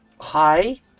hi